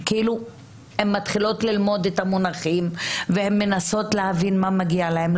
הן מתחילות ללמוד את המונחים והן מנסות להבין מה מגיע להן.